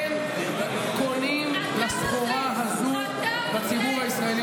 אין קונים לסחורה הזו בציבור הישראלי.